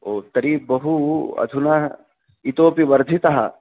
ओ तर्हि बहु अधुना इतोऽपि वर्धितः